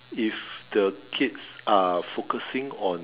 if the kids are focusing on